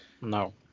No